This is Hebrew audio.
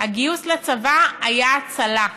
הגיוס לצבא היה הצלה.